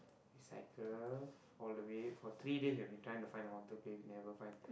cycle all the way for three days leh we trying to find a haunted place never find